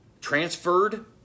transferred